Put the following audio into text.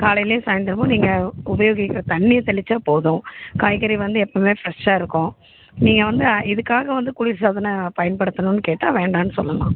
காலையிலையும் சாயந்தரமும் நீங்கள் உபயோகிக்கிற தண்ணிர் தெளிச்சால் போதும் காய்கறி வந்து எப்பவுமே ஃப்ரெஷ்ஷாக இருக்கும் நீங்கள் வந்து இதுக்காக வந்து குளிர்சாதனம் பயன்படுத்தணும்னு கேட்டால் வேண்டாம்னு சொல்லலாம்